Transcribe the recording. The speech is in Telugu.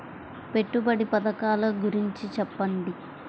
పెట్టుబడి పథకాల గురించి చెప్పండి?